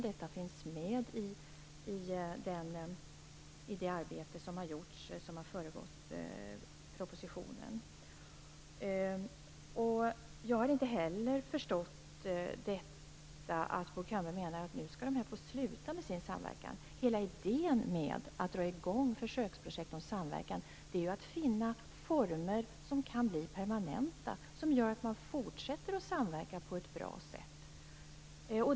Detta finns med i det arbete som har föregått propositionen. Jag har inte heller förstått detta att Bo Könberg menar att man nu skall sluta med samverkan. Hela idén med att dra i gång försöksprojekt om samverkan är ju att finna former som kan bli permanenta och som gör att man fortsätter samverka på ett bra sätt.